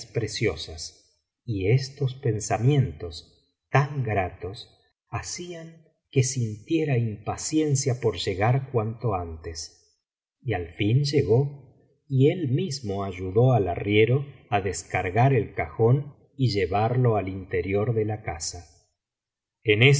preciosas y estos pensamientos tan gratos hacían que sintiera impaciencia por llegar cuanto antes y al fin llegó y él mismo ayudó al arriero á descargar el cajón y llevarlo al interior de la casa en este